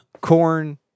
Corn